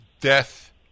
death